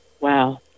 Wow